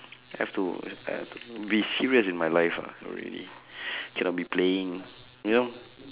I have to I have to be serious in my life ah no really cannot be playing you know